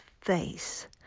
face